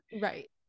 Right